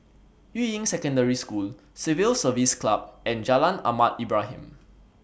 Yuying Secondary School Civil Service Club and Jalan Ahmad Ibrahim